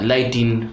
Lighting